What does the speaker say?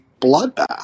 bloodbath